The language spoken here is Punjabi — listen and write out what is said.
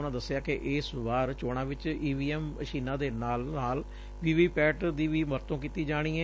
ਉਨੂਾਂ ਦਸਿਆ ਕਿ ਇਸ ਵਾਰ ਚੋਣਾਂ ਵਿਚ ਈ ਵੀ ਐਮ ਮਸ਼ੀਨਾਂ ਦੇ ਨਾਲ ਨਾਲ ਵੀ ਵੀ ਪੈਟ ਦੀ ਵੀ ਵਰਤੋਂ ਕੀਤੀ ਜਾਣੀ ਏ